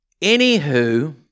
Anywho